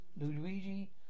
Luigi